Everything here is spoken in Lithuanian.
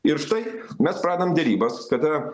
ir štai mes pradedam derybas kada